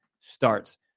starts